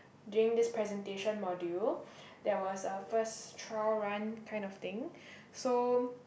during this presentation module there was a first trial run kind of thing so